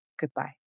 goodbye